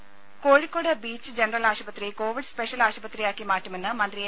രുമ Kozhikode beach general ആശുപത്രി covid special ആശുപത്രിയാക്കി മാറ്റുമെന്ന് മന്ത്രി എ